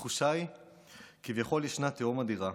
התחושה היא שכביכול ישנה תהום אדירה,